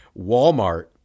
Walmart